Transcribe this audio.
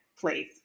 please